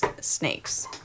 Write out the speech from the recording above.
snakes